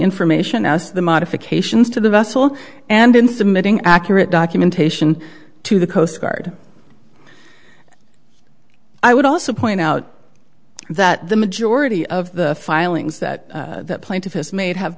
information as the modifications to the vessel and in submitting accurate documentation to the coast guard i would also point out that the majority of the filings that the plaintiff has made have